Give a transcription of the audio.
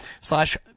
slash